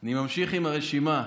אני ממשיך עם הרשימה,